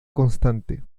constante